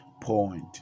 point